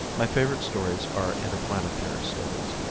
my favorite stories are interplanetary stories.